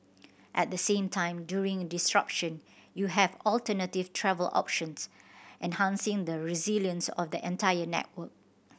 at the same time during disruption you have alternative travel options enhancing the resilience of the entire network